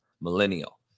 millennial